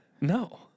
No